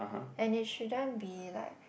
and it shouldn't be like